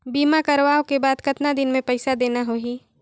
बीमा करवाओ के बाद कतना दिन मे पइसा देना हो ही?